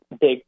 big